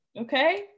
Okay